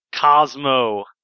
Cosmo